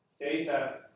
data